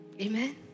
Amen